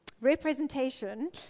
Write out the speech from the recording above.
representation